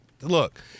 Look